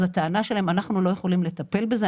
אז הטענה שלהם היא שהם לא יכולים לטפל בזה.